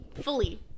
fully